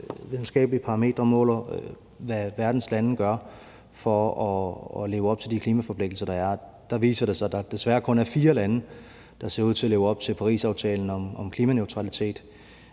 videnskabelige parametre måler, hvad verdens lande gør for at leve op til de klimaforpligtelser, der er. Og der viser det sig, at der desværre kun er fire lande, der ser ud til at leve op til Parisaftalen om klimaneutralitet.